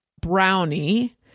brownie